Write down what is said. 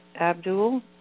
Abdul